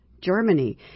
Germany